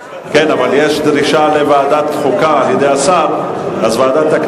גם אם היא אמרה לי שאין עמדה כי הנושא הוא של